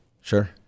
Sure